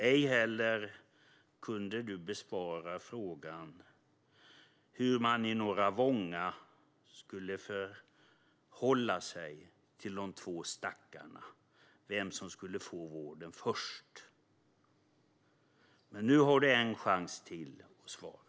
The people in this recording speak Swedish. Ej heller kunde du besvara frågan om hur man i Norra Vånga skulle förhålla sig till de två stackarna och vem som skulle få vård först. Men nu har du en chans till att svara.